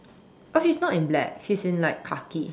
oh she's not in black she's like in khaki